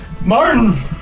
Martin